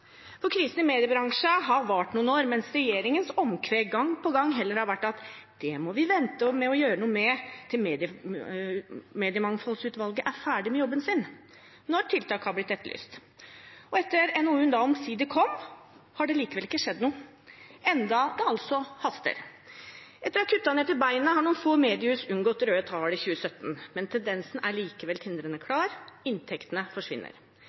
for krisen i mediebransjen har vart noen år, mens regjeringens omkved – gang på gang – når tiltak har blitt etterlyst, heller har vært: Det må vi vente med å gjøre noe med til mediemangfoldsutvalget er ferdig med jobben sin. Etter at NOU-en omsider kom, har det likevel ikke skjedd noe, enda det haster. Etter å ha kuttet inn til beinet har noen få mediehus unngått røde tall i 2017, men tendensen er likevel tindrende klar: Inntektene forsvinner.